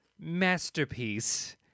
masterpiece